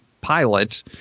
pilot